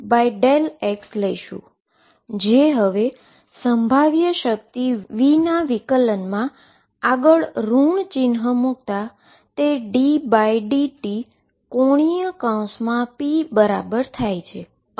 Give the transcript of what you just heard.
જે હવે potential V ના વિકલનમાં આગળ ઋણ ચિન્હ મુકતા તે ddt ⟨p⟩ બરાબર થાય છે